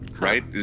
Right